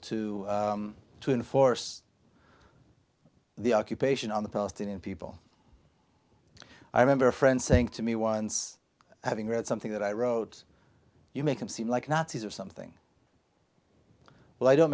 to to enforce the occupation on the palestinian people i remember a friend saying to me once having read something that i wrote you make him seem like nazis or something but i don't